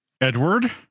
Edward